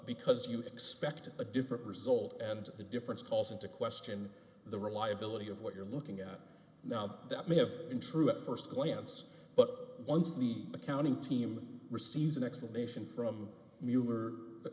because you expect a different result and the difference calls into question the reliability of what you're looking at now that may have been true at st glance but once the accounting team receives an explanation from the